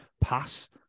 pass